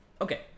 Okay